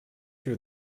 you